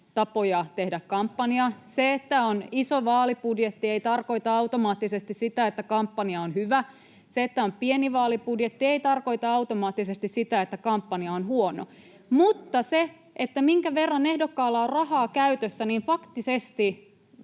tapoja tehdä kampanja. Se, että on iso vaalibudjetti, ei tarkoita automaattisesti sitä, että kampanja on hyvä. Se, että on pieni vaalibudjetti, ei tarkoita automaattisesti sitä, että kampanja on huono. Mutta se, minkä verran ehdokkaalla on rahaa käytössä, faktisesti